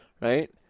Right